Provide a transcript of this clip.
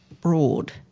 broad